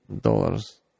dollars